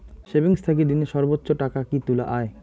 Savings থাকি দিনে সর্বোচ্চ টাকা কি তুলা য়ায়?